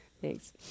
Thanks